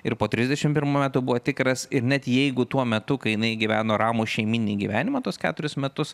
ir po trisdešimt pirmų metų buvo tikras ir net jeigu tuo metu kai jinai gyveno ramų šeimyninį gyvenimą tuos keturis metus